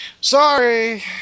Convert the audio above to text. sorry